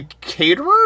caterer